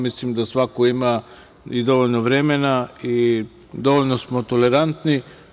Mislim da svako i dovoljno vremena i dovoljno smo tolerantni.